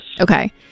Okay